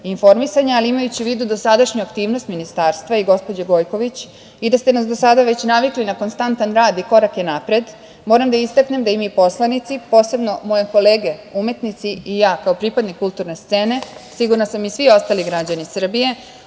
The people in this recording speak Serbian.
informisanja, ali imajući u vidu dosadašnju aktivnost Ministarstva i gospođe Gojković i da ste nas do sada već navikli na konstantan rad i korake napred, moram da istaknem da i mi poslanici, posebno moje kolege umetnici i ja kao pripadnik kulturne scene, sigurna sam i svi ostali građani Srbije,